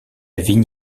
vigne